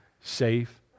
safe